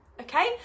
Okay